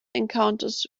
encounters